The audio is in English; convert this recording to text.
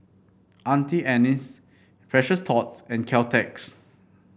Auntie Anne's Precious Thots and Caltex